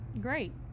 Great